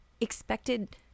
expected